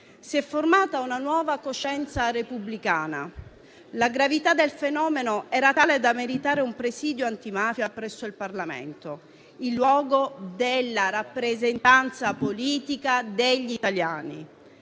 si è formata una nuova coscienza repubblicana. La gravità del fenomeno era tale da meritare un presidio antimafia presso il Parlamento, il luogo della rappresentanza politica degli italiani,